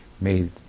made